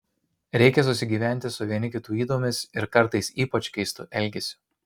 reikia susigyventi su vieni kitų ydomis ir kartais ypač keistu elgesiu